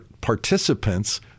participants